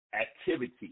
activity